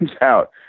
out